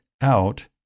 out